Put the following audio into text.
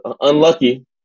unlucky